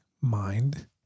mind